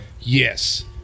Yes